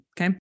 okay